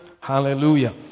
Hallelujah